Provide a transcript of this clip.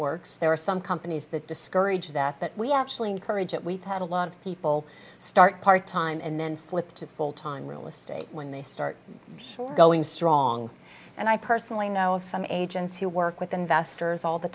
works there are some companies that discourage that but we actually encourage it we've had a lot of people start part time and then flip to full time real estate when they start going strong and i personally know of some agents who work with investors all the